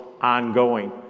ongoing